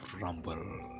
rumble